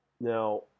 Now